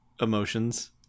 emotions